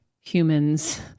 humans